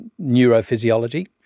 neurophysiology